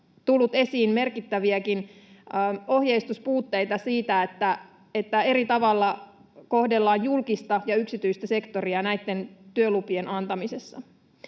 tullut esiin merkittäviäkin ohjeistuspuutteita siinä, että eri tavalla kohdellaan julkista ja yksityistä sektoria näitten työlupien antamisessa.